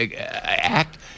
act